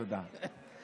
תודה.